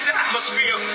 atmosphere